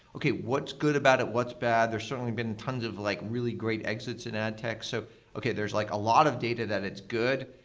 okay. what's good about it? what's bad? there's certainly been tons of like really great exits in adtech. so okay, there's like a lot lot of data that it's good.